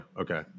Okay